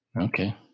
Okay